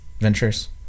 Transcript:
ventures